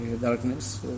darkness